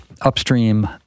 upstream